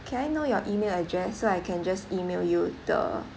can I know your email address so I can just email you the